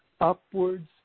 upwards